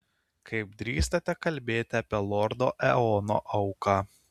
kaip drįstate kalbėti apie lordo eono auką